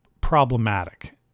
problematic